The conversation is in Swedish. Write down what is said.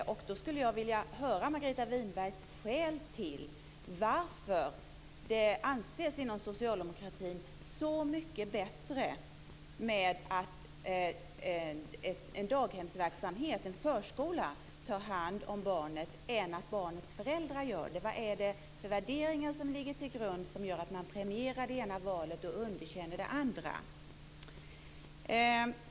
Då skulle jag vilja höra Margareta Winbergs skäl till att det inom socialdemokratin anses så mycket bättre att ett daghem eller en förskola tar hand om barnet än att barnets föräldrar gör det. Vad är det för värderingar som ligger till grund för att man premierar det ena valet och underkänner det andra?